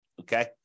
okay